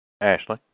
Ashley